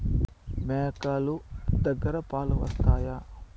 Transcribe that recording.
మేక లు దగ్గర పాలు వస్తాయా?